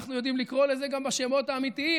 אנחנו יודעים לקרוא לזה גם בשמות האמיתיים: